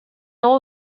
all